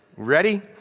Ready